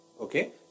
Okay